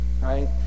right